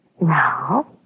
Now